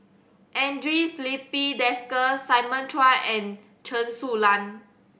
Andre Filipe Desker Simon Chua and Chen Su Lan